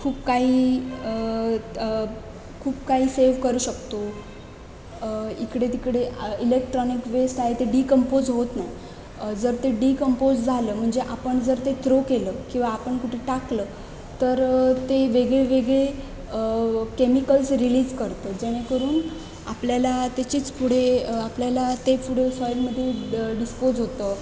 खूप काही खूप काही सेव करू शकतो इकडे तिकडे इलेक्ट्रॉनिक वेस्ट आहे ते डिकम्पोज होत नाही जर ते डिकम्पोज झालं म्हणजे आपण जर ते त्रो केलं किवा आपण कुठे टाकलं तर ते वेगळे वेगळे केमिकल्स रिलीज करतं जेणेकरून आपल्याला त्याचीच पुढे आपल्याला ते पुढे सॉईलमध्ये ड डिस्पोज होतं